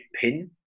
pin